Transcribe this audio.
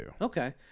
Okay